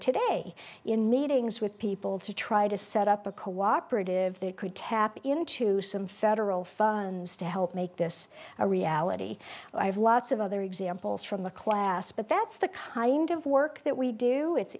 today in meetings with people to try to set up a cooperative they could tap into some federal funds to help make this a reality i have lots of other examples from the class but that's the kind of work that we do it's